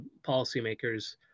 policymakers